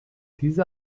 diese